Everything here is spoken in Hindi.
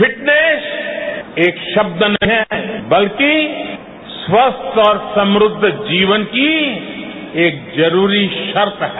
फिटनेस एक शब्द नहीं है बल्कि स्वस्थ और समृद्ध जीवन की एक जरूरी शर्त है